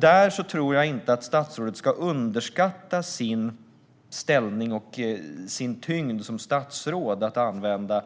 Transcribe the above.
Där tror jag inte att statsrådet ska underskatta sin ställning och tyngd som statsråd när det gäller att använda